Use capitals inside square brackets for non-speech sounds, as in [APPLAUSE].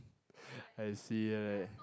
[BREATH] I see